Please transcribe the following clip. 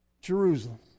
Jerusalem